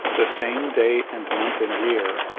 the same day, and month, and year,